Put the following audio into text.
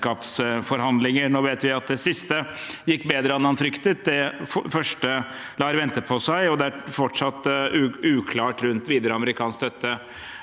Nå vet vi at det siste gikk bedre enn han fryktet. Det første lar vente på seg, og det er fortsatt uklart rundt videre amerikansk støtte.